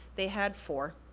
they had four.